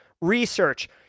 research